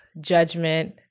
judgment